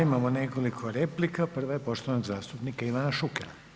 Imamo nekoliko replika, prva je poštovanog zastupnika Ivana Šukera.